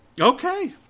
Okay